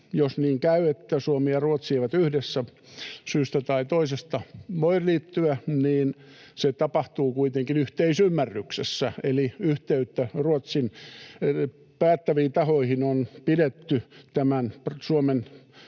Jos niin käy, että Suomi ja Ruotsi eivät yhdessä syystä tai toisesta voi liittyä, niin se tapahtuu kuitenkin yhteisymmärryksessä, eli yhteyttä Ruotsin päättäviin tahoihin on pidetty tämän Suomen